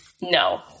no